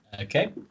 Okay